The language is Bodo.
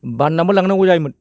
बाननाबो लांनांगौ जायोमोन